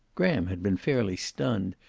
graham had been fairly stunned,